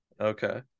Okay